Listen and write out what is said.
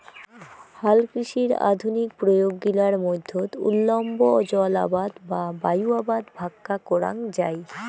হালকৃষির আধুনিক প্রয়োগ গিলার মধ্যত উল্লম্ব জলআবাদ বা বায়ু আবাদ ভাক্কা করাঙ যাই